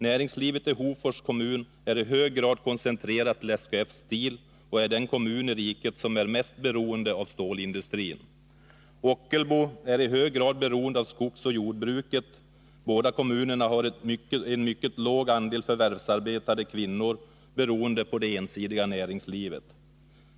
Näringslivet i Hofors kommun är i hög grad koncentrerat till SKF Steel, och Hofors är den kommun i riket som är mest beroende av stålindustrin. Ockelbo är i hög grad beroende av skogsoch jordbruket. Båda kommunerna har en mycket låg andel förvärvsarbetande kvinnor beroende på det ensidiga näringslivet.